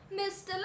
Mr